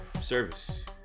service